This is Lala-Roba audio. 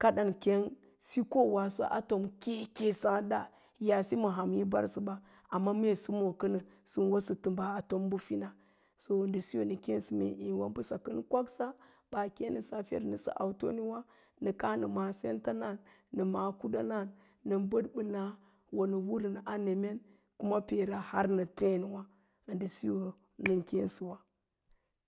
kaɗan keng sikoowaabo a tom keke sáádda yase ma hani yi mbarsəba, amma mee səmoo kənə, sən wo təmba a tom bəfina. So ndə siso nə kéésə mee eewa mbəsa kən kwaksa baa kée vəəsə a fer nəsə autonewá nə káá nə ma sentansn, a kuɗanan nə bəd ɓə láá wo nə wərən a nemen kuma peera har nə téénwá, ndə siyo nən kéesəwa